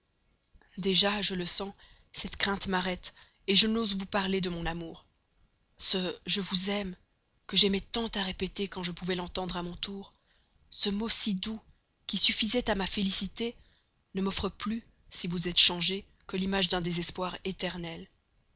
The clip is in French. déjà je le sens cette crainte m'arrête je n'ose vous parler de mon amour ce je vous aime que j'aimais tant à répéter quand je pouvais l'entendre à mon tour ce mot si doux qui suffisait à ma félicité ne m'offre plus si vous êtes changée que l'image d'un désespoir éternel